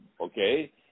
okay